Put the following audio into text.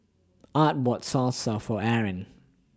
Art bought Salsa For Erin